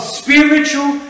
spiritual